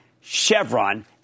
Chevron